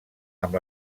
amb